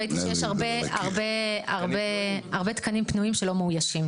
ראיתי שיש הרבה תקנים שאינם מאוישים.